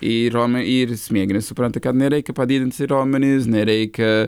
į romę ir smegenys supranta kame reikia padailinti raumenis nereikia